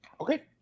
Okay